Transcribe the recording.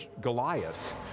Goliath